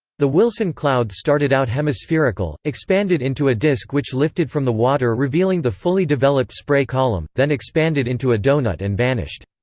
the wilson cloud started out hemispherical, expanded into a disk which lifted from the water revealing the fully developed spray column, then expanded into a doughnut and vanished.